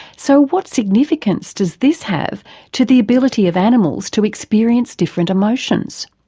so what significance does this have to the ability of animals to experience different emotions?